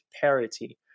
Parity